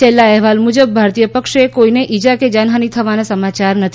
છેલ્લા અહેવાલ મુજબ ભારતીય પક્ષે કોઈને ઈજા કે જાનહાની થવાના સમાચાર નથી